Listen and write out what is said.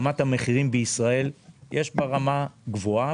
רמת המחירים בישראל יש בה רמה גבוהה,